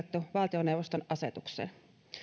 valtioneuvoston asetukseen